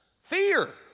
Fear